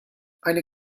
eine